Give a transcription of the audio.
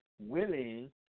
willing